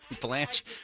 Blanche